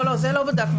זה לא בדקנו.